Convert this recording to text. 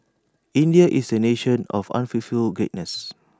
India is A nation of unfulfilled greatness